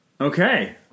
Okay